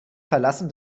verlassen